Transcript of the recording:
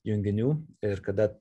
junginių ir kada